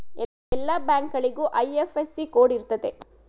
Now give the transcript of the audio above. ಎಲ್ಲ ಬ್ಯಾಂಕ್ಗಳಿಗೂ IFSC code ಇರ್ತದೆ